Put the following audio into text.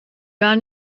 gar